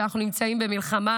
שבה אנחנו נמצאים במלחמה,